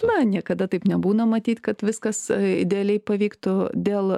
na niekada taip nebūna matyt kad viskas idealiai pavyktų dėl